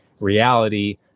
reality